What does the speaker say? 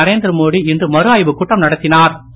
நரேந்திர மோடி இன்று மறுஆய்வுக் கூட்டம் நடத்திஞர்